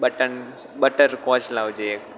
butter કોચ લાવજે એક